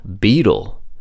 beetle